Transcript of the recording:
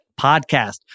podcast